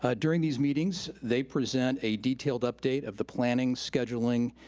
ah during these meetings, they present a detailed update of the planning, scheduling,